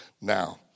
Now